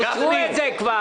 כבר אישרו את זה.